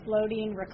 floating